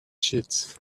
sheets